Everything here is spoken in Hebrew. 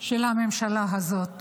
של הממשלה הזאת